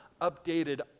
updated